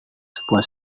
sebuah